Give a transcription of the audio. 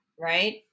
Right